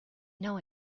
know